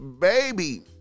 baby